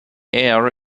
air